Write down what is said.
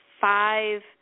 five